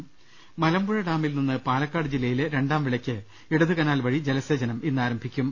് മലമ്പുഴ ഡാമിൽ നിന്ന് പാലക്കാട് ജില്ലയിലെ രണ്ടാം വിളയ്ക്ക് ഇടതുകനാൽ വഴി ജലസേചനം ഇന്നാരംഭിക്കും